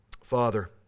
Father